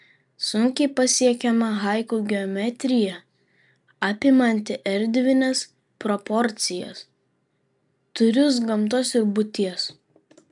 sunkiai pasiekiama haiku geometrija apimanti erdvines proporcijas tūrius gamtos ir būties